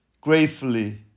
gratefully